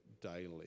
daily